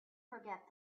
forget